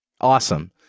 Awesome